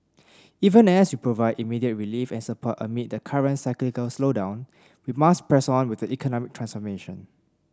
even as we provide immediate relief and support amid the current cyclical slowdown we must press on with economic transformation